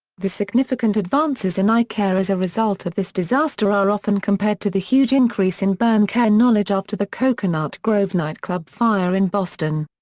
the significant advances in eye care as a result of this disaster are often compared to the huge increase in burn care knowledge after the cocoanut grove nightclub fire in boston.